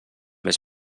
més